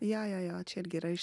jo jo jo čia irgi yra iš